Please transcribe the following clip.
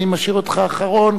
אני משאיר אותך אחרון,